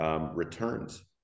returns